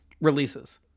releases